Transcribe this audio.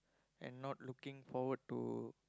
and not looking forward to